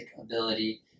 ability